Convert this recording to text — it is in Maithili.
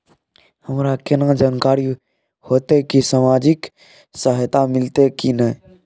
हमरा केना जानकारी होते की सामाजिक सहायता मिलते की नय?